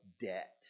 debt